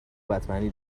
بتمنی